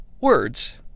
words